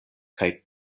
kaj